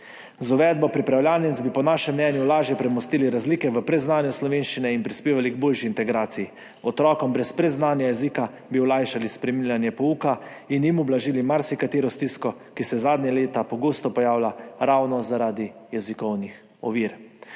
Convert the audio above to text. Z uvedbo pripravljalnic bi po našem mnenju lažje premostili razlike v predznanju slovenščine in prispevali k boljši integraciji. Otrokom brez predznanja jezika bi olajšali spremljanje pouka in jim ublažili marsikatero stisko, ki se zadnja leta pogosto pojavlja ravno zaradi jezikovnih ovir.